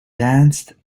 danced